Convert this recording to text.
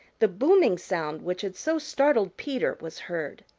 the booming sound which had so startled peter was heard.